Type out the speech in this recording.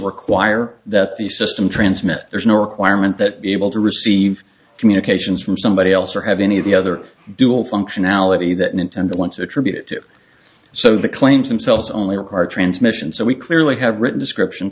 require that the system transmit there's no requirement that be able to receive communications from somebody else or have any of the other dual functionality that nintendo want to attribute it to so the claims themselves only require a transmission so we clearly have written description